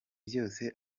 byose